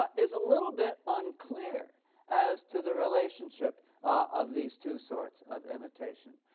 ah is a little bit unclear as to the relationship of these two sorts of imitation.